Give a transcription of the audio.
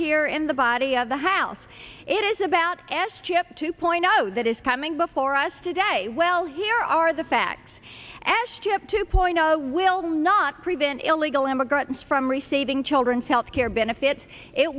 here in the body of the house it is about s chip two point zero that is coming before us today well here are the facts as step two point zero will not prevent illegal immigrants from receiving children's healthcare benefit it